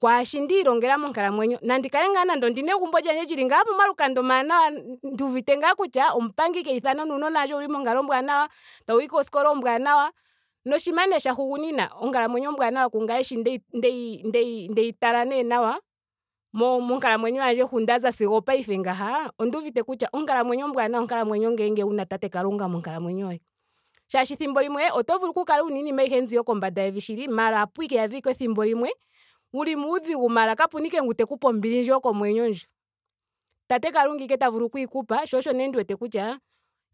Kwaashi ndiilongela monkalamwenyo. Nandi kale ngaa nando ondina egumbo lyandje lili ngaa momalukanda omawanawa. nduuvite ngaa kutya omupang keithano nuunona wandje owuli monkalo ombwaanawa. tawuyi kooskola oombwanawa. Noshinima nee shahugunina onkalamwenyo ombwaanawa kungame sho ndeyi ndeyi ndeyi ndeyi tala nee nawa. mo- monkalamwenyo yandje hu nda za sigo opaife ngeyi. onduuvite kutya. onkalamwenyo ombwaanawa onkalamwenyo ngele wuna tate kalunga monkalamwenyo yoye. Shaashi ethimbo limwe oto vulu oku kala wuna iinima ayihe mbi yokombanda yevi shili. maara ohapu ka iyadha ashike ethimbo wuli muudhigu maara kapena ashike ngu teku pe ombili ndjo yokomwenyo ndjo. O tate kalunga ashike ta vulu okuyi ku pa. sho osho nee ndi wete kutya.